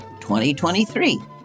2023